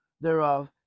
thereof